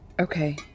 okay